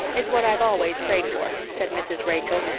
it's what i've always prayed for, said mrs. rachel,